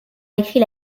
écrit